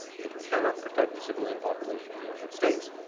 it cannot protect the civilian population of the united states,